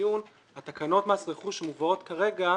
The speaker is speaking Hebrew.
הדיון לגבי תקנות מס רכוש שמובאות כרגע.